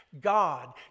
God